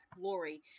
glory